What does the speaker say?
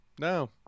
No